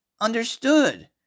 understood